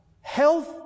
Health